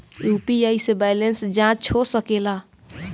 UPI से balance जाँच हो सके ला?